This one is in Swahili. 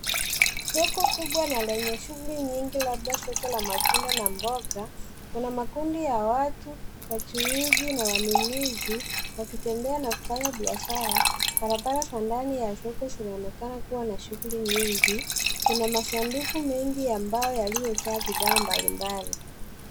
Soko kubwa na lenye shughuli nyingi labda soko la matunda na mboga. Kuna makundi ya watu wachuuzi na wanunuzi wakitembea na kufanya biashara. Barabara za ndani ya soko zinaonekana na shughuli nyingi, kuna masanduku mengi ambayo yaliyojaa bidhaa mbali mbali.